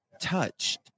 touched